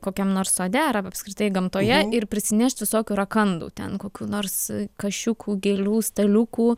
kokiam nors sode ar apskritai gamtoje ir prisinešt visokių rakandų ten kokių nors kasčiukų gėlių staliukų